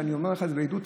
ואני אומר לך את זה בעדות,